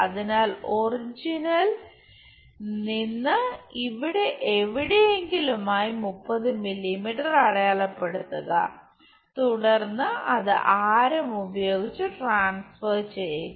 അതിനാൽ ഒറിജിനിൽ നിന്ന് ഇവിടെ എവിടെയെങ്കിലുമായി 30 മില്ലീമീറ്റർ അടയാളപ്പെടുത്തുക തുടർന്ന് അത് ആരം ഉപയോഗിച്ച് ട്രാൻസ്ഫർ ചെയ്യുക